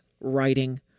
writing